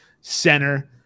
Center